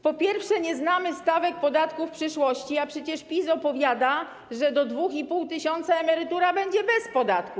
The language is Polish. Po pierwsze, nie znamy stawek podatku w przyszłości, a przecież PiS opowiada, że do 2,5 tys. emerytura będzie bez podatku.